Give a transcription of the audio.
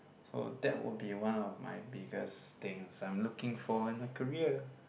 so that will be one of my biggest things I'm looking for in a career